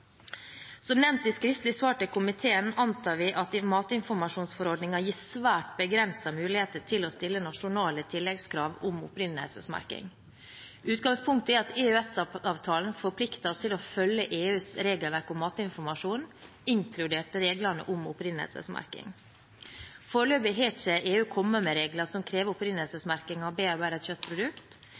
Som nevnt i skriftlig svar til komiteen, antar vi at matinformasjonsforordningen gir svært begrensede muligheter til å stille nasjonale tilleggskrav om opprinnelsesmerking. Utgangspunktet er at EØS-avtalen forplikter oss til å følge EUs regelverk om matinformasjon, inkludert reglene om opprinnelsesmerking. Foreløpig har ikke EU kommet med regler som krever